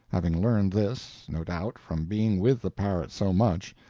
having learned this, no doubt, from being with the parrot so much,